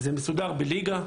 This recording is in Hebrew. זה מסודר בליגה,